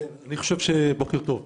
בוקר טוב,